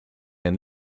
and